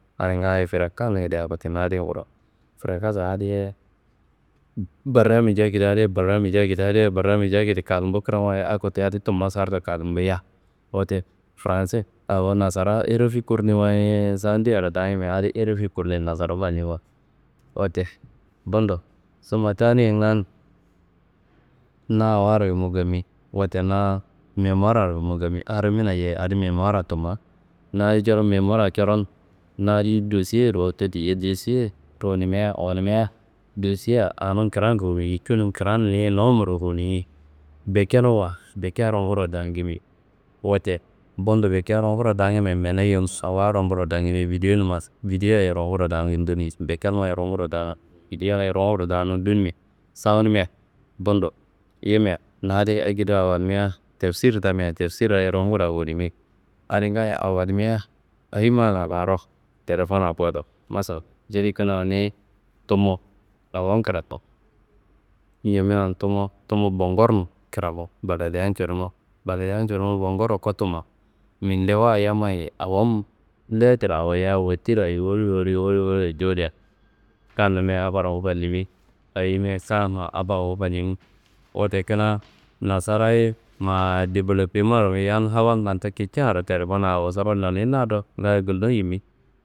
Adi ngaayo frekansngedea wote na adi kurowo, frekanssa adiye baramij akedia adiye, baramij akedi adiye, baramij akedi kanumbu kranwa akoti adi tumma sartu kanumbuya. Wote, franse awo nasara RFI kurnuyi wayi san dearo dangimia adi RFI kurnuyi nasara fanuyiwa. Wote, bundo summa taniyangan na awowaro yumu gami, wote na memuwarro yumu gami, a rimina yeyi adi memuwarra tumma na adi coron memuwarra coron na adi dosiye ruwutu diye. Dosiye ruwunumia awo nimia dosiya anun kran ruwunumi cunun kran ni nowommuro ruwunimi, bikenuwa bikeya runguro dakimi. Wote, bundo bikeya ruwunguro dakimia, menun awa runguro dakimi vidiyonumma, vidiya ye runguro dangun dunuyi, bikenummayi ye runguro ta, vidiya ye runguro dangumu dunimi sawunumia, bundo yimia na adi akedo awonimia tapsir tamia, tapsirraye runguro awonimi. Adi ngayo awonimia ayi mana laro? Telefonna kowodo, masal juli kina niyi tumu awon krakowo. Ñamena tumu, tumu Bongorronun kramo, buladeyan cinumu, buladeyan cinumu Bongorro kotuma mindewaye yammayi awom letir awoyia wotirrayi woli woli woliro cuwudia. Kannummeya habarngu fannimi ayimia saanumma a fawu fannimi. Wote kina, nasarayi ma developemaro yan hawan lantu kiciyaro telefonna awosoro nonin nado ngaaye gullun yimi.